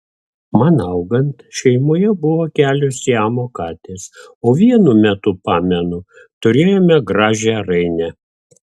man augant šeimoje buvo kelios siamo katės o vienu metu pamenu turėjome gražią rainę